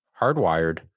hardwired